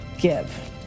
give